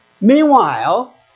Meanwhile